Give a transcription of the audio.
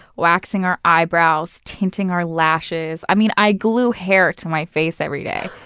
waxing our eyebrows, tinting our lashes. i mean, i glue hair to my face every day.